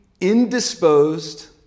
indisposed